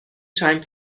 چند